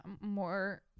more